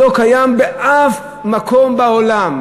שלא קיים באף מקום בעולם.